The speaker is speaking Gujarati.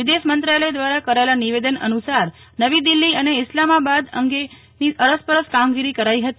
વિદેશમંત્રાલય દ્વારા કરાયેલા નિવેદન અનુસાર નવી દીલ્હી અને ઇસ્લામાબાદમાં આ અંગેની અરસપરસ કામગીરી કરાઇ હતી